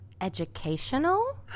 educational